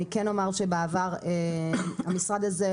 אני כן אומר שבעבר המשרד הזה,